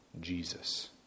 Jesus